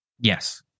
Yes